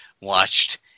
watched